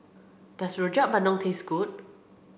does Rojak Bandung taste good